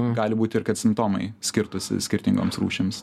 gali būti ir kad simptomai skirtųsi skirtingoms rūšims